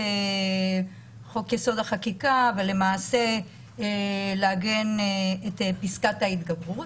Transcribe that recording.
חוק-יסוד החקיקה ולעגן את פסקת ההתגברות,